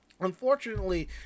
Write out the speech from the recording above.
Unfortunately